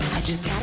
i just